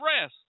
rest